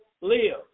live